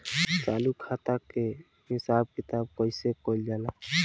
चालू खाता के हिसाब किताब कइसे कइल जाला?